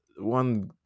one